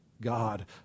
God